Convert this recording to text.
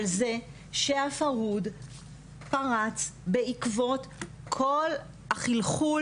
על זה שהפרהוד פרץ בעקבות כל החילחול